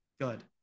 Good